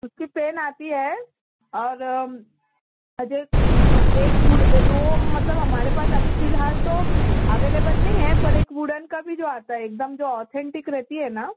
اُس کی پین آتی ہے اور ایک ووڈ دو مطلب ہمارے پاس ابھی فی الحال تو اویلیبل نہیں ہے پر ایک ووڈن کا بھی جو آتا ہے ایک دم جو اتھینٹک رہتی ہے نا